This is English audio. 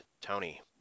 Tony